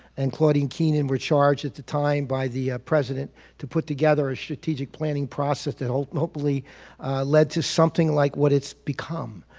and claudine keenan were charged at the time by the president to put together a strategic planning process that ah hopefully led to something like what it's become.